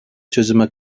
çözüme